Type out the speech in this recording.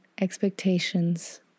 expectations